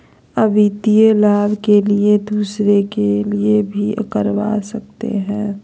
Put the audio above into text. आ वित्तीय लाभ के लिए दूसरे के लिए भी करवा सकते हैं?